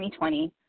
2020